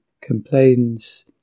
complains